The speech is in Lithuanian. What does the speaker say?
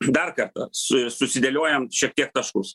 dar kartą su susidėliojam šiek tiek taškus